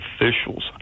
officials